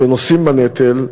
שנושאים בנטל,